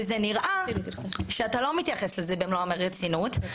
וזה נראה שאתה לא מתייחס לזה במלוא הרצינות,